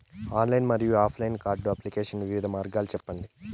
Online మరియు offline card application వివిధ మార్గాలు సెప్పండి?